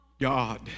God